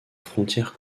frontière